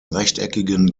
rechteckigen